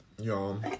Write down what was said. Y'all